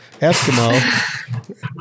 Eskimo